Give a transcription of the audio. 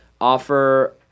offer